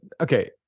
okay